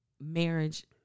marriage